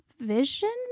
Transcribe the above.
vision